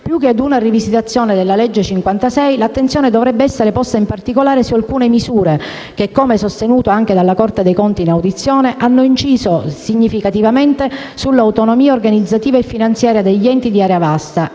Più che ad una rivisitazione della legge n. 56, l'attenzione dovrebbe essere posta in particolare su alcune misure che, come sostenuto anche dalla Corte dei Conti in audizione, hanno inciso significativamente sull'autonomia organizzativa e finanziaria degli enti di area vasta